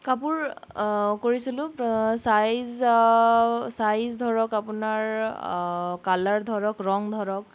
কাপোৰ কৰিছিলোঁ size size ধৰক আপোনাৰ কালাৰ ধৰক ৰং ধৰক